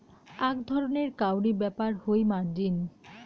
আক ধরণের কাউরী ব্যাপার হই মার্জিন